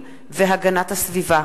הצעת חוק הגנת הסביבה